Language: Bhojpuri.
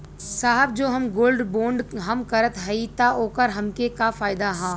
साहब जो हम गोल्ड बोंड हम करत हई त ओकर हमके का फायदा ह?